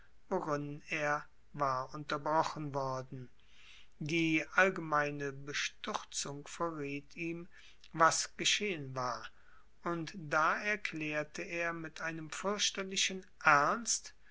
er war unterbrochen worden die allgemeine bestürzung verriet ihm was geschehen war und da erklärte er mit einem fürchterlichen ernst